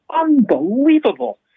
unbelievable